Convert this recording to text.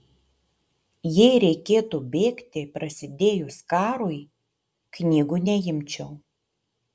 jei reikėtų bėgti prasidėjus karui knygų neimčiau